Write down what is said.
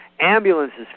ambulances